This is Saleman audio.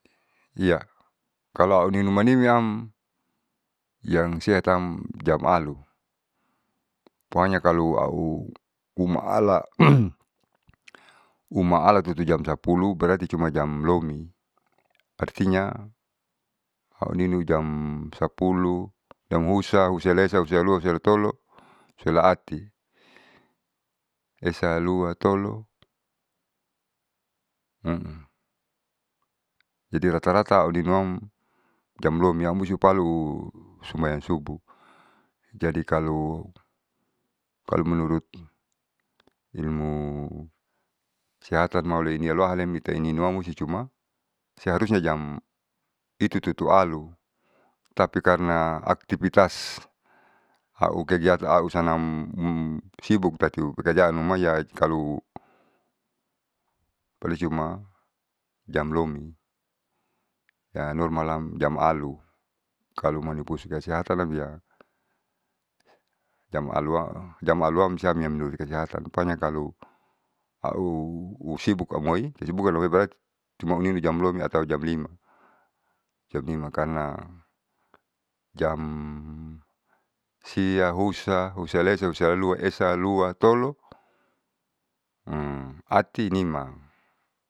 Iya kaluau ninu manimiam yang sehatam jam alu pokonya kalo au umala umaala tutu jam sapuluh tati cuma jam lomi artinya hauninu jam sapulu jma husa husahulaesa husahulalua husahulatolo husahulaati esa lua tolo jadi rata rata auninuam jam lomi amusupalu sumbayan subuh. jadi kalo kalo menurut ilmusiatan itaininuam ita cuma seharusnya jam itu tutu alu tapi karna aktivitas aukegiatan ausanam sibuk tati pekerjaan namai kalo baru cuma jam lomi siam normal am jam alu kalo manipusu kesehatanam iya jam alu jam aluam siam morikesehatan pokonya kalo ausibuk amoi kesibukan amaoi berati cuma ninu jam lomi atau ja lima jam lima karna jam sia husa husaelaesa husaelalua husaelatolo esalua tolo atii nima.